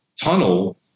tunnel